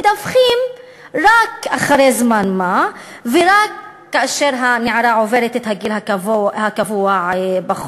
ומדווחים רק אחרי זמן מה ורק כאשר הנערה עוברת את הגיל הקבוע בחוק.